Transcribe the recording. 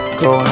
go